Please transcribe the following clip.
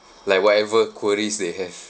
like whatever queries they have